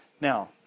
Now